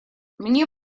мне